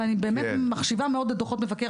ואני באמת מחשיבה מאוד את דוחות מבקר